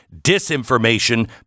disinformation